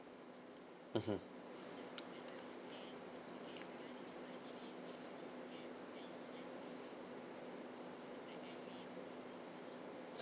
mmhmm